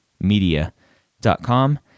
media.com